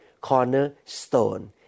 cornerstone